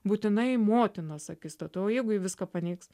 būtinai motinos akistata o jeigu ji viską paneigs